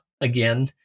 again